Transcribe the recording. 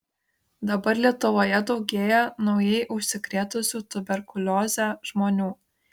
dabar lietuvoje daugėja naujai užsikrėtusių tuberkulioze žmonių